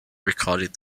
recorded